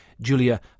Julia